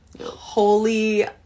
Holy